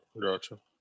gotcha